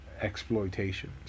exploitation